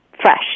fresh